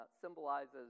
symbolizes